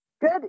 Good